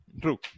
True